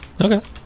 okay